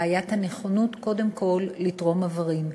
בעיית הנכונות, קודם כול, לתרום איברים,